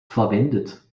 verwendet